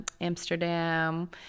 Amsterdam